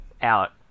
out